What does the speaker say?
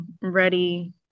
ready